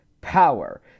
power